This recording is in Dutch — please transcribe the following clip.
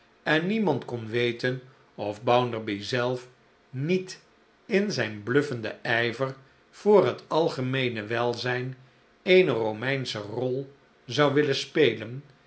en niemand kon weten of bounderby zelf niet in zijn bluffenden ijver voor het algemeene welzijn eene romeinsche rol zou willen spelen